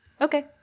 Okay